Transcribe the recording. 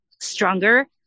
stronger